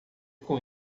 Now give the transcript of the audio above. com